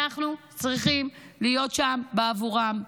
אנחנו צריכים להיות שם בעבורם.